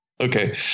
Okay